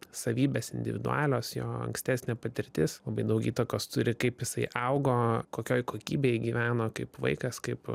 savybės individualios jo ankstesnė patirtis labai daug įtakos turi kaip jisai augo kokioj kokybėj gyveno kaip vaikas kaip